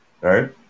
Right